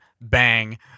Bang